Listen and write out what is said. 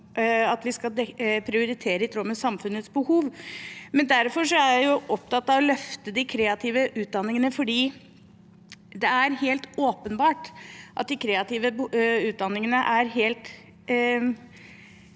at vi skal prioritere i tråd med samfunnets behov. Derfor er jeg opptatt av å løfte de kreative utdanningene, for det er helt åpenbart at de kreative utdanningene er helt